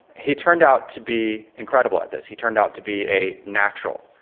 he turned out to be incredible at this. he turned out to be a natural.